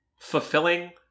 fulfilling